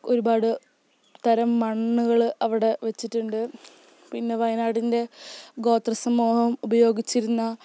ഒരുപാട് തരം മണ്ണുകള് അവിടെ വെച്ചിട്ടുണ്ട് പിന്നെ വയനാടിൻ്റെ ഗോത്രസമൂഹം ഉപയോഗിച്ചിരുന്ന